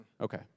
Okay